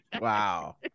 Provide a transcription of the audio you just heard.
Wow